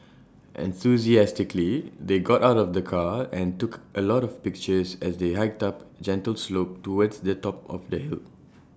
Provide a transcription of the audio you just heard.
enthusiastically they got out of the car and took A lot of pictures as they hiked up gentle slope towards the top of the hill